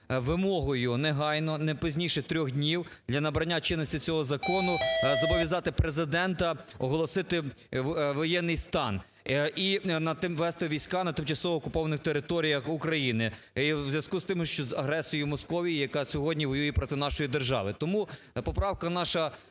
вимогою негайно не пізніше трьох днів для набрання чинності цього закону, зобов'язати Президента оголосити воєнний стан і ввести війська на тимчасово окупованих територіях України і у зв'язку з тим, що з агресією Московії, яка сьогодні воює проти нашої держави. Тому поправка наша